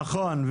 נכון.